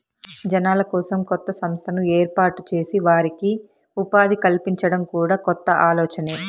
జనాల కోసం కొత్త సంస్థను ఏర్పాటు చేసి వారికి ఉపాధి కల్పించడం కూడా కొత్త ఆలోచనే